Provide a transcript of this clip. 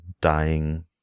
dying